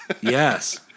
Yes